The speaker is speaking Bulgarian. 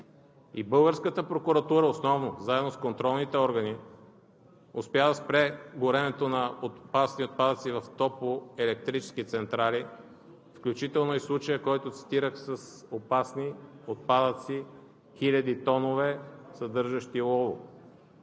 Българската прокуратура – основно, заедно с контролните органи, успя да спре горенето на опасни отпадъци в топлоелектрически централи, включително и случая, който цитирах с опасни отпадъци – хиляди тонове, съдържащи олово.